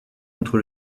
contre